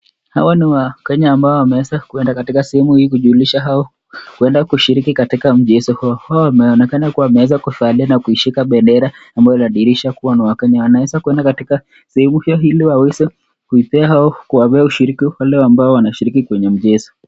Hawa ni waKenya ambao wameweza kuenda katika sehemu hii kujulisha au kuenda kushiriki katika mji, hao wameonekana kuwa wameweza kufada na kuishika bendera ambao inadhirisha kuwa na waKenya wameweza kuenda katika sehemu hiyo hili waweze kuipea au kuwapea ushiriki wale ambao wanashiriki kwenye miujiza.